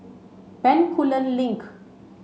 Bencoolen Link